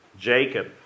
Jacob